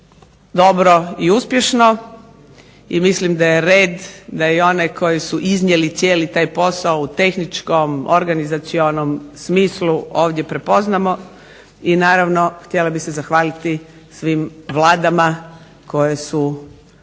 dobro i uspješno i mislim da je red da oni koji su iznijeli cijeli taj posao u tehničko, organizacionom smislu ovdje prepoznamo i naravno htjela bih se zahvaliti svim vladama koje su